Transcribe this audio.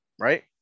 right